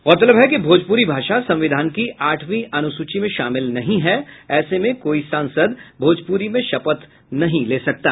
गौरतलब है कि भोजपुरी भाषा संविधान की आठवीं अनुसूची में शामिल नहीं है ऐसे में कोई सांसद भोजपुरी में शपथ नहीं ले सकता